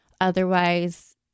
Otherwise